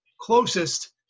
closest